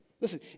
Listen